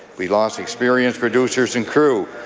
we lost experienced producers and crew,